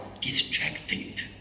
distracted